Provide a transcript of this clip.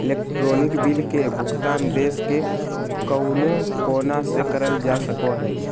electronic bill के भुगतान देश के कउनो कोना से करल जा सको हय